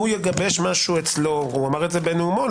הוא יגבש משהו אצלו אמר את זה בנאומו,